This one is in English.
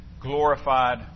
glorified